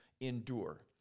endure